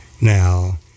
Now